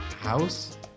house